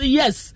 yes